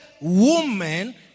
woman